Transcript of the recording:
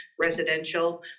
residential